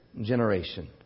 generation